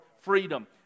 freedom